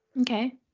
Okay